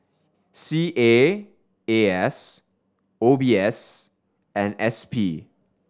C A A S O B S and S P